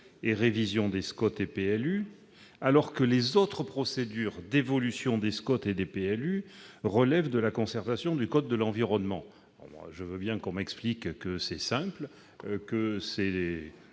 et révisions des SCOT et PLU, alors que les autres procédures d'évolution des SCOT et des PLU relèvent de la concertation du code de l'environnement. Certains jugent peut-être que cette distinction est